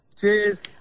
Cheers